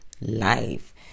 Life